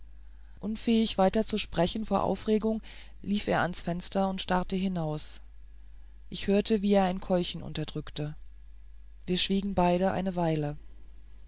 unfähig weiter zu sprechen vor aufregung lief er ans fenster und starrte hinaus ich hörte wie er sein keuchen unterdrückte wir schwiegen beide eine weile